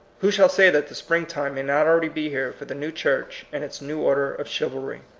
who shall say that the springtime may not already be here for the new church and its new order of chivalry?